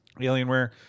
Alienware